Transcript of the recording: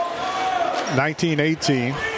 19-18